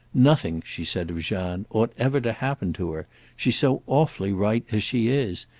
nothing, she said of jeanne, ought ever to happen to her she's so awfully right as she is.